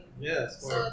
Yes